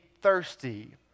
thirsty